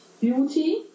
Beauty